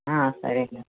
ஆ சரிங்க